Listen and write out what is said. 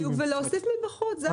בדיוק, ולהוסיף מבחוץ.